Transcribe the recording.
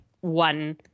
one